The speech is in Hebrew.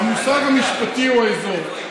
המושג המשפטי הוא האזור.